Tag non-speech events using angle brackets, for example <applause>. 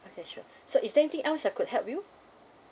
okay sure <breath> so is there anything else I could help you